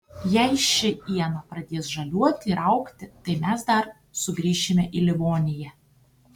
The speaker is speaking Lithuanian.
jei ši iena pradės žaliuoti ir augti tai mes dar sugrįšime į livoniją